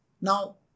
Now